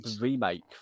remake